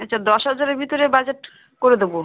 আচ্ছা দশ হাজারের ভিতরে বাজেট করে দেব